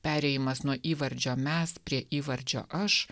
perėjimas nuo įvardžio mes prie įvarčio aš